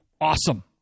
Awesome